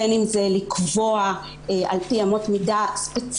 בין אם זה לקבוע על פי אמות מידה ספציפיות